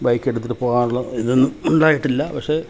bike എടുത്തിട്ട് പോവാനുള്ള ഇതൊന്നും ഉണ്ടായിട്ടില്ല പക്ഷെ